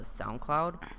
SoundCloud